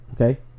Okay